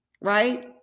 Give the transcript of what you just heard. right